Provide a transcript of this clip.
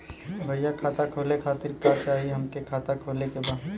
भईया खाता खोले खातिर का चाही हमके खाता खोले के बा?